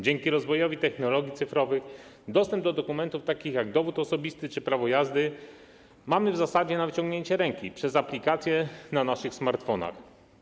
Dzięki rozwojowi technologii cyfrowych dostęp do dokumentów takich jak dowód osobisty czy prawo jazdy mamy w zasadzie na wyciągnięcie ręki przez aplikację na naszych smartfonach.